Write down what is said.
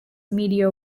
media